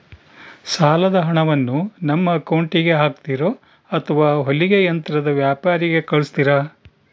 ಸಾಲದ ಹಣವನ್ನು ನಮ್ಮ ಅಕೌಂಟಿಗೆ ಹಾಕ್ತಿರೋ ಅಥವಾ ಹೊಲಿಗೆ ಯಂತ್ರದ ವ್ಯಾಪಾರಿಗೆ ಕಳಿಸ್ತಿರಾ?